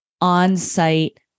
on-site